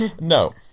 no